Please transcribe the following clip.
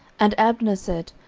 and abner said,